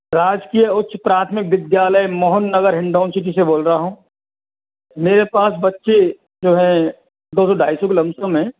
राजकीय उच्च प्राथमिक विद्यालय मोहन नगर हिंडौन सिटी से बोल रहा हूँ मेरे पास बच्चे जो हैं दो सौ ढाई सौ के लमसम हैं